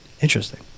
Interesting